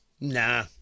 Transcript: Nah